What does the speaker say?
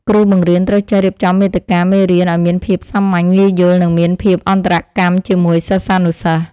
គ្រូបង្រៀនត្រូវចេះរៀបចំមាតិកាមេរៀនឱ្យមានភាពសាមញ្ញងាយយល់ និងមានភាពអន្តរកម្មជាមួយសិស្សានុសិស្ស។